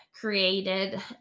created